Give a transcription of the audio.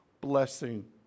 blessing